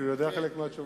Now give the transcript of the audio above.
כי הוא יודע חלק מהתשובות.